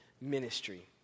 ministry